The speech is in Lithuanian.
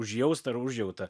užjaust ar užjauta